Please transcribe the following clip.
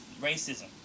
Racism